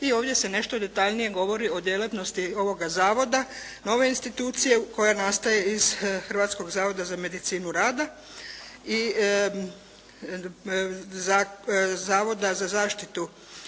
i ovdje se nešto detaljnije govori o djelatnosti ovoga zavoda, nove institucije koja nastaje iz Hrvatskog zavoda za medicinu rada i Zavoda za zaštitu